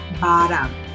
bottom